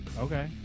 Okay